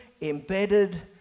embedded